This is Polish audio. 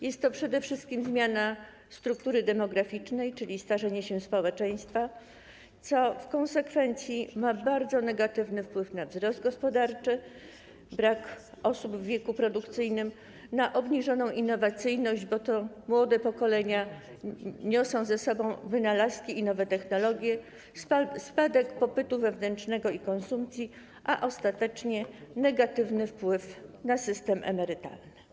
Jest to przede wszystkim zmiana struktury demograficznej, czyli starzenie się społeczeństwa, co w konsekwencji ma bardzo negatywny wpływ na wzrost gospodarczy, brak osób w wieku produkcyjnym, obniżoną innowacyjność, bo młode pokolenia niosą za sobą wynalazki i nowe technologie, spadek popytu wewnętrznego i konsumpcji, a ostatecznie negatywny wpływ na system emerytalny.